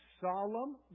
solemn